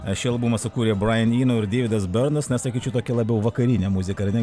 šį albumą sukūrė brain ino ir deividas bernas na sakyčiau tokia labiau vakarinė muzika ar ne